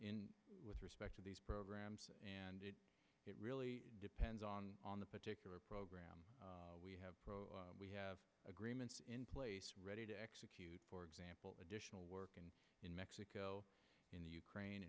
of with respect to these programs and it really depends on on the particular program we have we have agreements in place ready to execute for example additional work in mexico in the ukraine